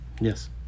Yes